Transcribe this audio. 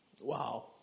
Wow